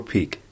Peak